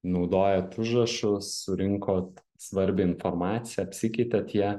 naudojat užrašus surinkot svarbią informaciją apsikeitėt ja